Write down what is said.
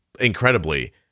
incredibly